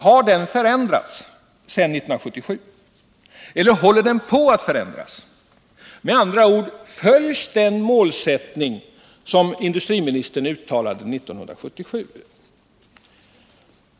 Har den förändrats sedan 1977, eller håller den på att förändras? Med andra ord: Följs den målsättning som industriministern uttalade 1977?